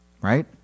right